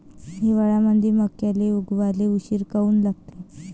हिवाळ्यामंदी मक्याले उगवाले उशीर काऊन लागते?